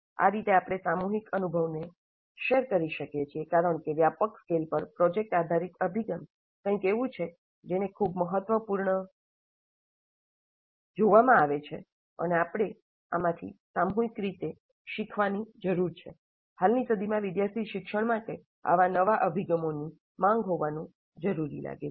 આ રીતે આપણે આ સામૂહિક અનુભવને શેર કરી શકીએ છીએ કારણ કે વ્યાપક સ્કેલ પર પ્રોજેક્ટ આધારિત અભિગમ કંઈક એવું છે જેને ખૂબ જ મહત્વપૂર્ણ તરીકે જોવામાં આવે છે અને આપણે આમાંથી સામૂહિક રીતે શીખવાની જરૂર છે હાલની સદીમાં વિદ્યાર્થી શિક્ષણ માટે આવા નવા અભિગમોની માંગ હોવાનું લાગે છે